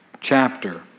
chapter